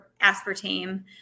aspartame